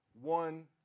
one